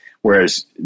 Whereas